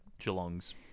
Geelong's